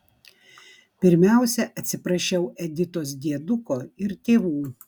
pirmiausia atsiprašiau editos dieduko ir tėvų